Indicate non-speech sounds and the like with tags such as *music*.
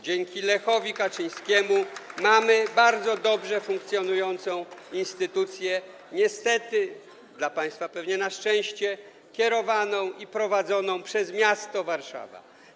Dzięki Lechowi Kaczyńskiemu *applause* mamy bardzo dobrze funkcjonującą instytucję, niestety - dla państwa pewnie na szczęście - kierowaną i prowadzoną przez miasto Warszawa.